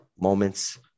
moments